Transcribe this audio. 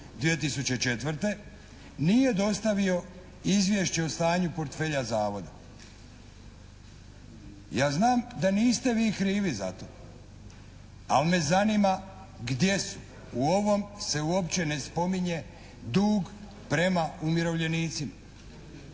2004. «nije dostavio izvješće o stanju portfelja zavoda.». Ja znam da niste vi krivi za to ali me zanima gdje su? U ovom se uopće ne spominje dug prema umirovljenicima.